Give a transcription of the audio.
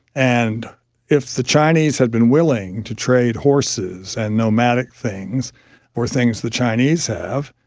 and if the chinese had been willing to trade horses and nomadic things for things the chinese have,